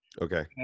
Okay